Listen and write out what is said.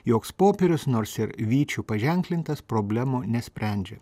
joks popierius nors ir vyčiu paženklintas problemų nesprendžia